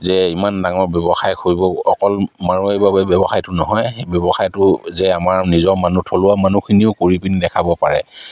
যে ইমান ডাঙৰ ব্যৱসায় কৰিব অকল মাৰোৱাৰীৰ বাবে ব্যৱসায়টো নহয় সেই ব্যৱসায়টো যে আমাৰ নিজৰ মানুহ থলুৱা মানুহখিনিও কৰি পিনি দেখাব পাৰে